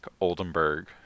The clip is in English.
Oldenburg